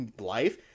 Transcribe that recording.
life